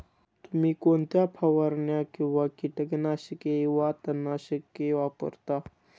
तुम्ही कोणत्या फवारण्या किंवा कीटकनाशके वा तणनाशके वापरता?